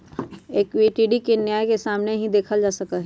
equity के न्याय के सामने ही देखल जा सका हई